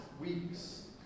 weeks